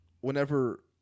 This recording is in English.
whenever